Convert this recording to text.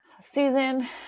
Susan